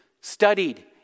Studied